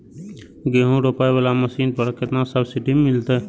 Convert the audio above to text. गेहूं रोपाई वाला मशीन पर केतना सब्सिडी मिलते?